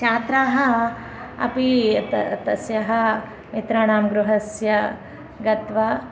छात्राः अपि त तस्य मित्राणां गृहस्य गत्वा